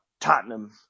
Tottenham